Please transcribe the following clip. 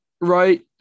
Right